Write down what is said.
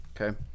Okay